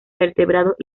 vertebrados